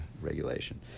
regulation